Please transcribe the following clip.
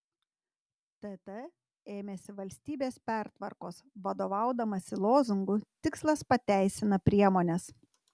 tt ėmėsi valstybės pertvarkos vadovaudamasi lozungu tikslas pateisina priemones